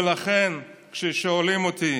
ולכן, כששואלים אותי